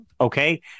okay